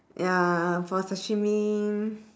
ya for sashimi